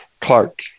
Clark